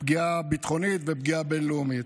פגיעה ביטחונית ופגיעה בין-לאומית.